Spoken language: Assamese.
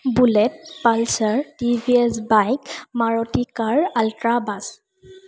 bullet Pulsar TVS bike Maruti car ultra bus